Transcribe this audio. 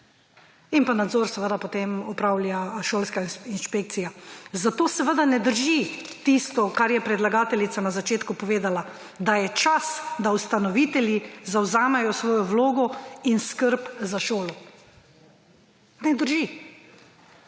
In pa nadzor seveda potem opravlja šolska inšpekcija. Zato seveda ne drži tisto, kar je predlagateljica na začetku povedala, da je čas, da ustanovitelji zavzamejo svojo vlogo in skrb za šolo. Ne drži.